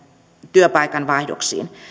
työpaikanvaihdoksiin